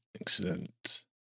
Excellent